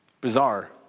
Bizarre